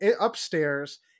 upstairs